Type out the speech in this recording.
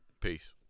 Peace